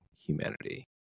humanity